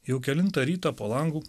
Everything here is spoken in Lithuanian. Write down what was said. jau kelintą rytą po langu